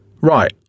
Right